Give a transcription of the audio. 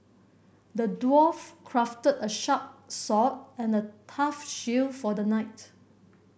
the dwarf crafted a sharp sword and a tough shield for the knight